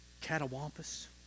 catawampus